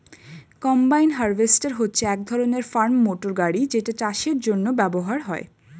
combine harvester হচ্ছে এক ধরণের ফার্ম মোটর গাড়ি যেটা চাষের জন্য ব্যবহার হয়